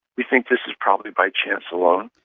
we think this is probably by chance alone.